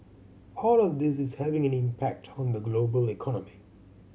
all of this is having an impact on the global economy